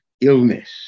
illness